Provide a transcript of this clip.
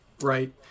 right